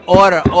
order